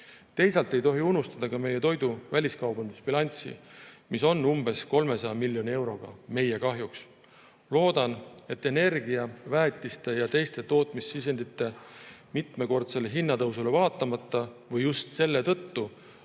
Teisalt ei tohi unustada ka meie toidu väliskaubandusbilanssi, mis on umbes 300 miljoni euroga meie kahjuks. Loodan, et energia, väetiste ja teiste tootmissisendite mitmekordsele hinnatõusule vaatamata või just selle tõttu